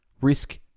risk